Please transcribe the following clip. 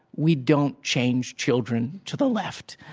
we don't change children to the left.